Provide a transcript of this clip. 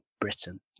Britain